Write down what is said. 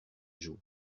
joue